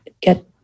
get